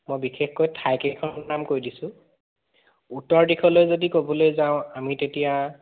মই বিশেষকৈ ঠাইকেইখনৰ নাম কৈ দিছোঁ উত্তৰ দিশলৈ যদি ক'বলৈ যাওঁ আমি তেতিয়া